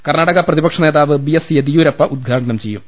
കർണാടക പ്രതിപക്ഷ നേതാവ് B S Yediyurappa യാത്ര ഉദ്ഘാടനം ചെയ്യും